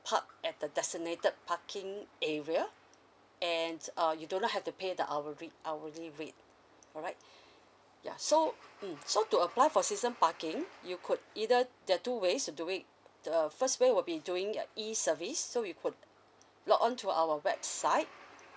park at the designated parking area and uh you do not have to pay the hourly hourly rate alright ya so mm so to apply for season parking you could either there are two ways to do it the first way will be doing E service so you could logon to our website